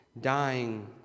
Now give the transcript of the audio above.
dying